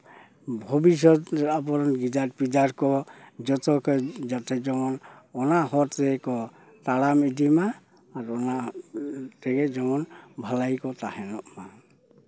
ᱵᱷᱚᱵᱤᱥᱚᱛ ᱟᱵᱚᱨᱮᱱ ᱜᱤᱫᱟᱹᱨ ᱯᱤᱫᱟᱹᱨ ᱠᱚ ᱡᱚᱛᱚ ᱜᱮ ᱡᱟᱛᱮ ᱡᱮᱢᱚᱱ ᱚᱱᱟ ᱦᱚᱨ ᱛᱮᱜᱮ ᱠᱚ ᱛᱟᱲᱟᱢ ᱤᱫᱤ ᱢᱟ ᱟᱨ ᱚᱱᱟ ᱛᱮᱜᱮ ᱡᱮᱢᱚᱱ ᱵᱷᱟᱞᱟᱭ ᱠᱚ ᱛᱟᱦᱮᱱᱚᱜ ᱢᱟ